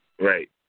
Right